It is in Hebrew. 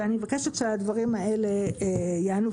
אני מבקשת שהדברים האלה יענו.